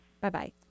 Bye-bye